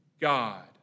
God